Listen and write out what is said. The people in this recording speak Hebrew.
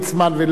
ולך,